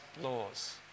laws